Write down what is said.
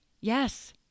yes